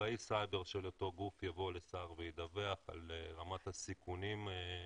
אחראי סייבר של אותו גוף יבוא לשר וידווח על רמת הסיכונים הנשקפת?